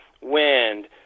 wind